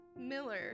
Miller